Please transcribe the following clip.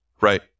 right